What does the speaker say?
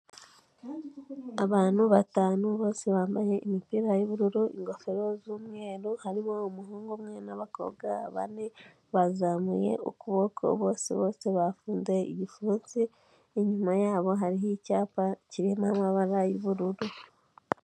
Abantu batanu bose bambaye imipira y'ubururu, ingofero z'umweru, harimo umuhungu umwe nabakobwa bane bazamuye ukuboko, bose bafunze igipfunsi, inyuma yabo hariho icyapa kirimo amabara y'ubururu.